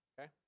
okay